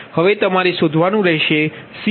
હવે તમારે શોધવાનું રહેશે CPg 25 રેટિંગ પર